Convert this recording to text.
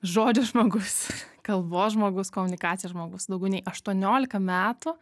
žodžio žmogus kalbos žmogus komunikacijos žmogus daugiau nei aštuoniolika metų